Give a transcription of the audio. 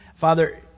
Father